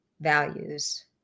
values